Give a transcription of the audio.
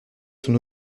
son